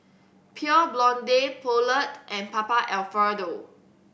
Pure Blonde Poulet and Papa Alfredo